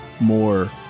more